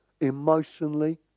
emotionally